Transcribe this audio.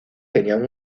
tenían